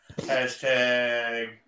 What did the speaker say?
Hashtag